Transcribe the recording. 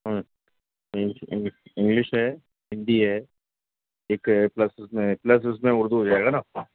ہاں انگلش ہے ہندی ہے ایک پلس اس میں پلس اس میں اردو ہو جائے گا نا